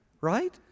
right